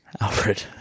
Alfred